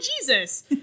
Jesus